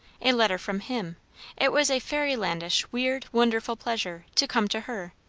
a letter from him it was a fairylandish, weird, wonderful pleasure, to come to her.